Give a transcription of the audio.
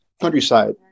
countryside